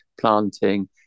planting